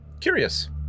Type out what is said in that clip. Curious